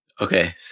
Okay